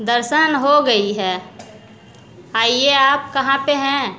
दर्शन हो गए है आइए आप कहाँ पर हैं